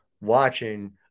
watching